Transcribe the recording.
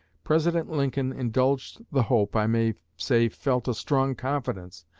president lincoln indulged the hope, i may say felt a strong confidence,